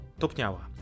topniała